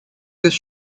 this